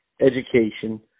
education